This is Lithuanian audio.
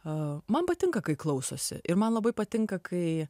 a man patinka kai klausosi ir man labai patinka kai